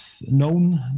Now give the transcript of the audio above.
known